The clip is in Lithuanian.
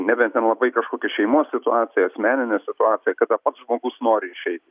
nebent ten labai kažkokia šeimos situacija asmeninė situacija kada pats žmogus nori išeiti